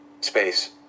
Space